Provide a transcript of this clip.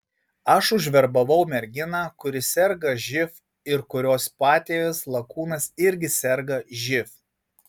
aš užverbavau merginą kuri serga živ ir kurios patėvis lakūnas irgi serga živ